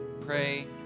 pray